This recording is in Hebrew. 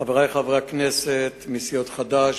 חברי חברי הכנסת מסיעות חד"ש,